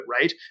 right